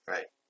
Right